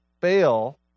fail